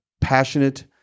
passionate